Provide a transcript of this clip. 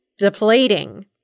depleting